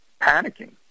panicking